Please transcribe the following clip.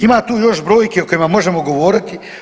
Ima tu još brojki o kojima možemo govoriti.